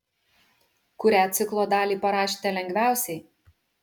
kurią ciklo dalį parašėte lengviausiai